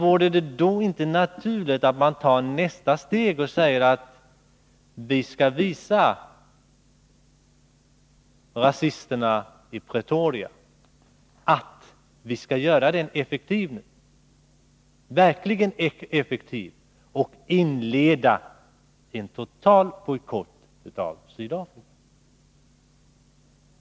Vore det då inte naturligt att ta nästa steg och säga: Vi skall visa rasisterna i Pretoria att vi skall göra lagen effektiv nu, verkligen effektiv, och inleda en total bojkott av Sydafrika.